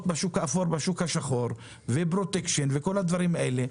בשוק האפור ובשוק השחור ופרוטקשן וכל הדברים האלה,